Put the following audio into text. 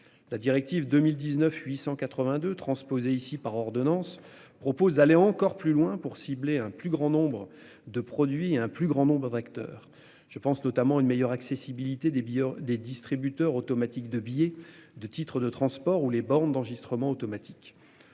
La directive 2019 882 transposer ici par ordonnances propose d'aller encore plus loin pour cibler un plus grand nombre de produits, un plus grand nombre. Acteurs, je pense, notamment, une meilleure accessibilité des billets des distributeurs automatiques de billets de titre de transport ou les bornes d'enregistrement automatique.